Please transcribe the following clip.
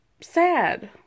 sad